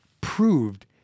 proved